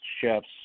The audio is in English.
chefs